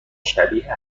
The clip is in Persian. شبیه